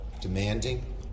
demanding